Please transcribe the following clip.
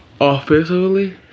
offensively